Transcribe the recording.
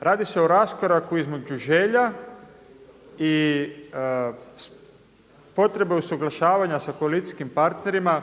radi se o raskoraku između želja i potreba usuglašavanja sa koalicijskim partnerima.